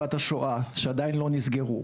מתקופת השואה שעדיין לא נסגרו,